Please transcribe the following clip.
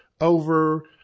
over